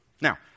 Now